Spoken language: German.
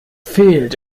fehlt